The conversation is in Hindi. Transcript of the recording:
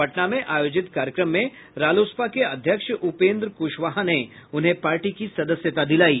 पटना में आयोजित कार्यक्रम में रालोसपा के अध्यक्ष उपेन्द्र क्शवाहा ने उन्हें पार्टी की सदस्यता दिलायी